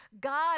God